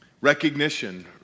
recognition